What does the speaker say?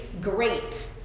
great